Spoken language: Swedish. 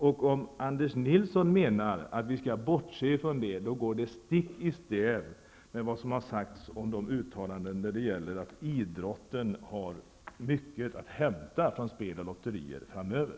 Om Anders Nilsson menar att vi skall bortse från detta, då går det stick i stäv mot de uttalanden som gjorts om att idrotten har mycket att hämta från spel och lotterier framöver.